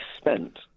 spent